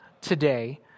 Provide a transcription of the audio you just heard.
today